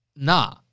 Nah